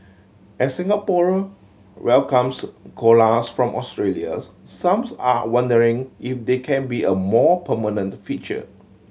as Singapore welcomes koalas from Australia's some's are wondering if they can be a more permanent feature